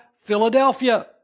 Philadelphia